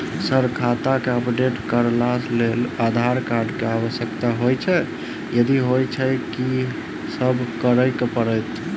Sir खाता केँ update करऽ लेल आधार कार्ड केँ आवश्यकता होइ छैय यदि होइ छैथ की सब करैपरतैय?